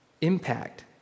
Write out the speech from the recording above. impact